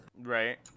Right